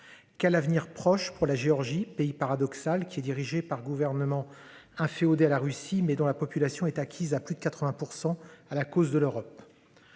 Quel avenir proche pour la Géorgie, pays paradoxal qui est dirigé par gouvernement inféodé à la Russie mais dont la population est acquise à plus de 80%. Ah la cause de l'Europe.